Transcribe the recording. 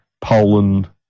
Poland